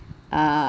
uh